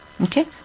Okay